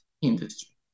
industry